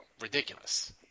ridiculous